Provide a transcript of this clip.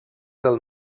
del